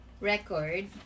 record